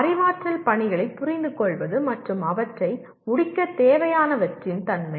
அறிவாற்றல் பணிகளைப் புரிந்துகொள்வது மற்றும் அவற்றை முடிக்கத் தேவையானவற்றின் தன்மை